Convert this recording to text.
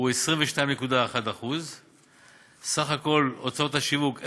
הוא 22.1%; סך הכול הוצאות השיווק,